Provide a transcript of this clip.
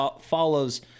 follows